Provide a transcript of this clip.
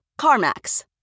CarMax